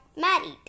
married